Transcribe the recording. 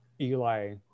Eli